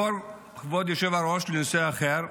אני אעבור, כבוד היושב-ראש, לנושא אחר.